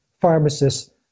pharmacists